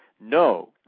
No